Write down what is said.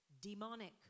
Demonic